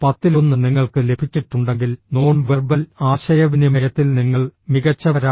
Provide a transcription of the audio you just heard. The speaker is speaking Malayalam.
പത്തിലൊന്ന് നിങ്ങൾക്ക് ലഭിച്ചിട്ടുണ്ടെങ്കിൽ നോൺ വെർബൽ ആശയവിനിമയത്തിൽ നിങ്ങൾ മികച്ചവരാണ്